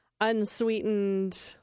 unsweetened